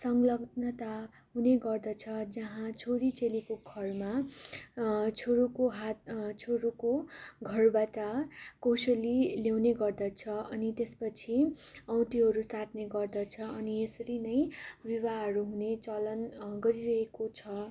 संलग्नता हुने गर्दछ जहाँ छोरी चेलीको घरमा छोरोको हातबाट छोरोको घरबाट कोसेली ल्याउने गर्दछ अनि त्यसपछि औँठीहरू साट्ने गर्दछ अनि यसरी नै विवाहहरू हुने चलन गरि रहेको छ